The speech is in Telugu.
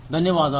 ధన్యవాదాలు